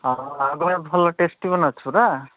ହଁ ଆଉ ଭଲ ଟେଷ୍ଟି